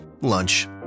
lunch